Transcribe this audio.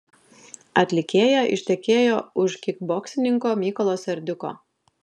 atlikėja ištekėjo už kikboksininko mykolo serdiuko